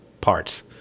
parts